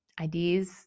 ideas